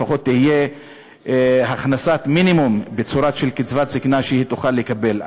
לפחות תהיה הכנסת מינימום בצורה של קצבת זיקנה שהיא תוכל לקבל.